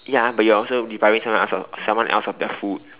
ya but you are also depriving someone else of someone else of their food